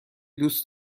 دوست